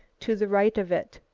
to the right of it,